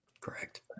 Correct